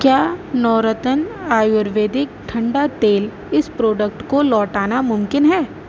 کیا نورتن آیورویدک ٹھنڈا تیل اس پروڈکٹ کو لوٹانا ممکن ہے